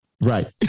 Right